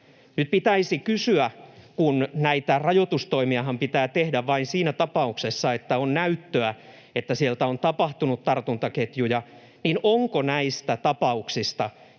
harrastajaryhmiltä. Kun näitä rajoitustoimiahan pitää tehdä vain siinä tapauksessa, että on näyttöä, että siellä on tapahtunut tartuntaketjuja, niin nyt pitäisi